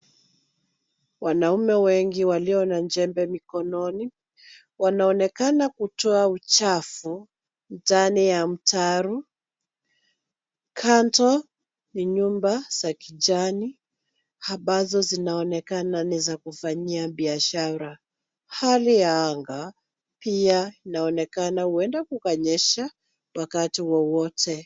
Wanaume wengi walio na jembe mikononi, wanaonekana kutoa uchafu ndani ya mtaro. Kando, ni nyumba za kijani, ambazo zinaonekana ni za kufanyia biashara. Hali ya anga pia inaonekana huenda kukanyesha wakati wowote.